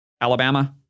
Alabama